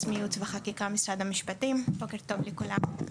מייעוץ וחקיקה משרד המשפטים, בוקר טוב לכולם.